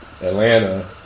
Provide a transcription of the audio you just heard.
Atlanta